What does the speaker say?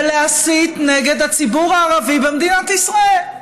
בלהסית נגד הציבור הערבי במדינת ישראל.